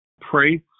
Pray